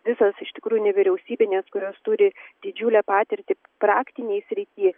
visos iš tikrųjų nevyriausybinės kurios turi didžiulę patirtį praktinėj srity